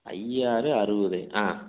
அய்யாறு அறுபது ஆ